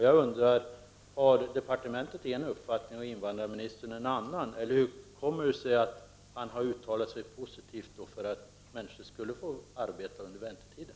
Jag undrar: Har departementet en uppfattning och invandrarministern en annan, eller hur kommer det sig att man har uttalat sig positivt om att asylsökande skulle få arbete under väntetiden?